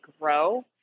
grow